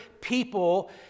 people